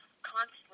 constantly